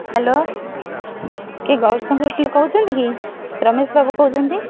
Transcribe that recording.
hello କିଏ ଗୌରଶଙ୍କର ହୋଟେଲ୍ରୁ କହୁଛନ୍ତି କି ରମେଶ ବାବୁ କହୁଛନ୍ତି